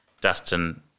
Dustin